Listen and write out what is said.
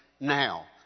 now